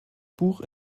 buch